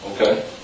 Okay